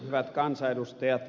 hyvät kansanedustajat